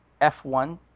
F1